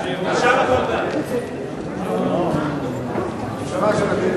אחזקת כבישים ראשיים ברשויות מקומיות,